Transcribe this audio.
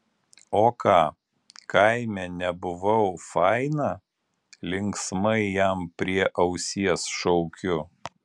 o ką kaime nebuvau faina linksmai jam prie ausies šaukiu